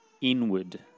inward